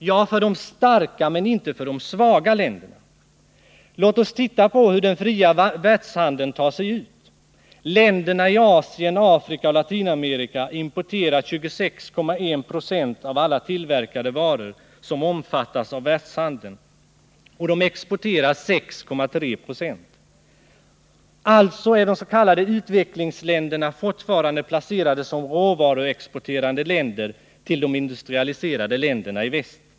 Ja, för de starka länderna, men inte för de svaga. Låt oss titta på hur den fria världshandeln tar sig ut. Länderna i Asien, Afrika och Latinamerika importerar 26,1 90 av alla tillverkade varor som omfattas av världshandeln, och de exporterar 6,3 96. Alltså är de s.k. utvecklingsländerna fortfarande placerade som råvaruexporterande länder till de industrialiserade länderna i väst.